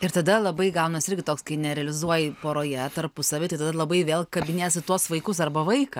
ir tada labai gaunasi irgi toks kai nerealizuoji poroje tarpusavy tai tada labai vėl kabinies į tuos vaikus arba vaiką